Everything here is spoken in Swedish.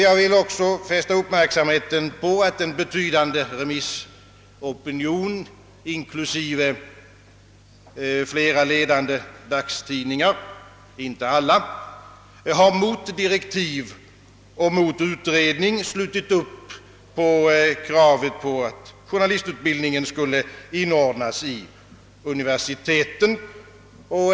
Jag vill också fästa uppmärksamheten på att en betydande remissopinion inklusive flera ledande dagstidningar — dock inte alla — mot direktiv och utredning har slutit upp bakom kravet på att journalistutbildningen skall inordnas i universiteten.